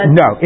no